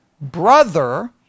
brother